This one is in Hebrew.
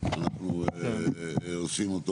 שאנחנו עושים אותו.